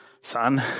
son